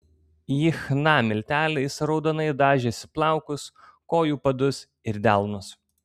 ji chna milteliais raudonai dažėsi plaukus kojų padus ir delnus